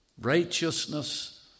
Righteousness